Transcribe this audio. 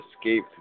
escape